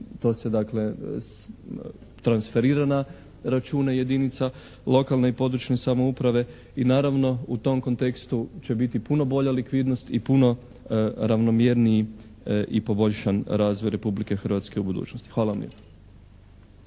to se dakle transferira na račune jedinica lokalne i područne samouprave i naravno u tom kontekstu će biti puno bolja likvidnost i puno ravnomjerniji i poboljšan razvoj Republike Hrvatske u budućnosti. Hvala vam